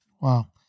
Wow